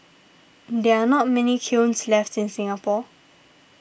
there are not many kilns left in Singapore